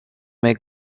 may